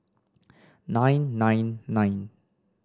nine nine nine